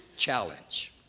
challenge